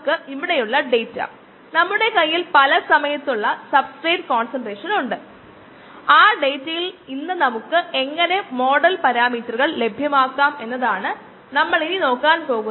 അത് ചെയ്യുന്നതിന് ഞാൻ ഇത് ay mx plus c രൂപത്തിൽ നോക്കുന്നു